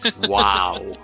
Wow